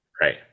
right